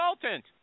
consultant